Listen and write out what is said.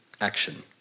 action